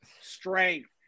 strength